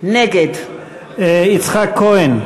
נגד יעקב אשר,